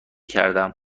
کردم